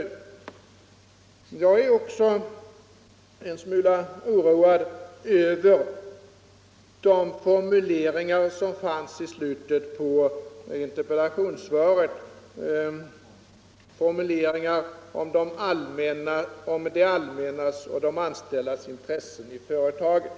Om lagfäst Jag är också en smula oroad över formuleringen i slutet av interpel medbestämmandelationssvaret om det allmännas och de anställdas intressen vid företagen.